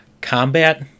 combat